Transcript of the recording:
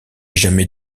jamais